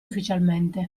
ufficialmente